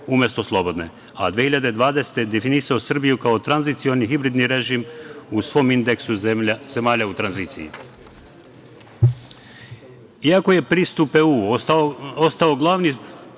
umesto slobodne, a godine 2020. definisao Srbiju kao tranzicioni hibridni režim u svom indeksu zemalja u tranziciji. Iako je pristup Evropskoj uniji